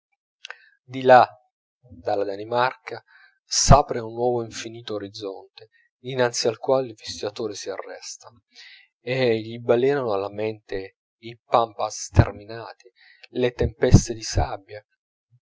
di là dalla danimarca s'apre un nuovo infinito orizzonte dinanzi al quale il visitatore si arresta e gli balenano alla mente i pampas sterminati le tempeste di sabbia